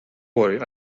worry